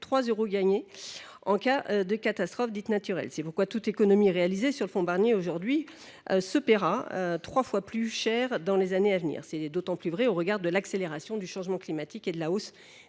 3 euros gagnés en cas de catastrophe naturelle. C’est pourquoi toute économie réalisée aujourd’hui sur le fonds Barnier se paiera trois fois plus cher dans les années à venir. Ce constat est d’autant plus vrai au regard de l’accélération du changement climatique et de la hausse